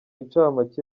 incamake